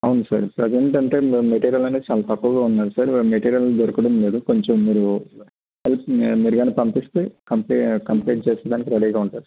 అవును sir present అంటే material అనేది చాలా తక్కువగా ఉన్నది సార్ మెటీరియల్ దొరకడం లేదు కొంచెం మీరు మీరు కానీ పంపిస్తే కంప్లీట్ చేసేదానికి రెడీగా ఉంటుంది సార్